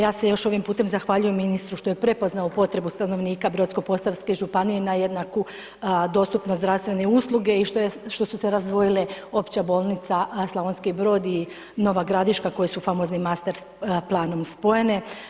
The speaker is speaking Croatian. Ja se još ovim putem zahvaljujem ministru što je prepoznao potrebu stanovnika Brodsko-posavske županije na jednaku dostupnost zdravstvene usluge i što su se razdvojile opća bolnica a Slavonski Brod i Nova Gradiška koje su famoznim master planom spojene.